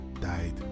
died